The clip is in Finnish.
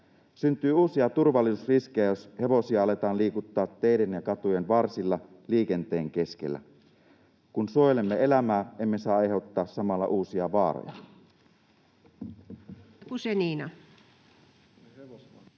Syntyy turvallisuusriskejä, jos hevosia aletaan liikuttaa teiden ja katujen varsilla liikenteen keskellä. Kun suojelemme elämää, emme saa aiheuttaa samalla uusia vaaroja.